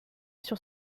sur